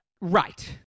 right